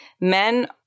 men